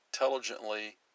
intelligently